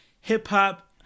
hip-hop